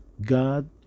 God